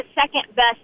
second-best